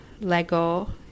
lego